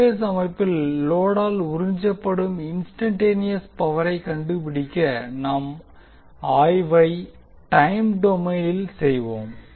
three phase அமைப்பில் லோடால் உறிஞ்சப்படும் இன்ஸ்டன்ட்டேனியஸ் பவரை கண்டுபிடிக்க நாம் ஆய்வை டைம் டொமைனில் செய்வோம்